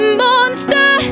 monster